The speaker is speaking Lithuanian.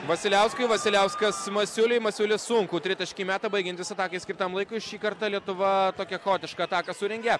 vasiliauskui vasiliauskas masiuliui masiulis sunkų tritaškį meta baigiantis atakai skirtam laikui šį kartą lietuva tokią chaotišką ataką surengė